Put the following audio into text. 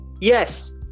Yes